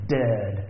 dead